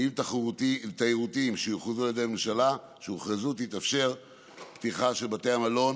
באיים התיירותיים שיוכרזו על ידי הממשלה תתאפשר פתיחה של בתי המלון